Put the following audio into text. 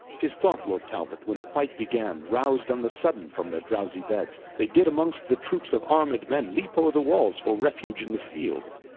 tis thought lord talbot, when the fight began, rows'd on the sudden from their drowsie beds, they did amongst the troupes of armed men, leape o're the walls for refuge in the field